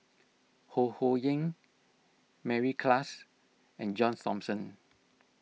Ho Ho Ying Mary Klass and John Thomson